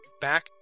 back